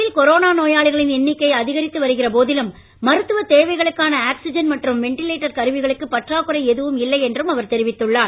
நாட்டில் கொரோனா நோயாளிகளின் எண்ணிக்கை அதிகரித்து வருகிற போதிலும் மருத்துவ தேவைகளுக்கான வெண்டிலேட்டர் கருவிகளுக்கு பற்றாக்குறை எதுவும் இல்லை என்றும் அவர் தெரிவித்துள்ளார்